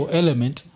element